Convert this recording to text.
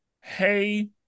hey